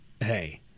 hey